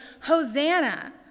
Hosanna